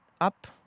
Up